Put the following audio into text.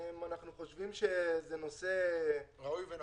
אנחנו חושבים שזה נושא ---- ראוי ונכון.